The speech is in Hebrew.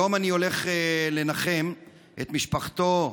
היום אני הולך לנחם את משפחתו,